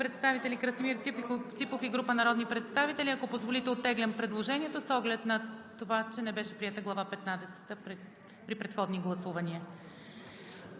представител Красимир Ципов и група народни представители. Ако позволите, оттеглям предложението с оглед на това, че не беше приета Глава петнадесета при предходни гласувания.